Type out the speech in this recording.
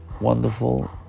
wonderful